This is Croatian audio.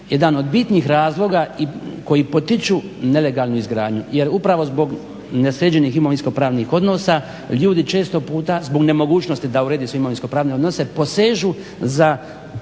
jedan od bitnih razloga koji potiču nelegalnu izgradnju. Jer upravo zbog nesređenih imovinsko pravnih odnosa ljudi često puta zbog nemogućnosti da urede svoje imovinsko pravne odnose posežu za